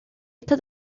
esta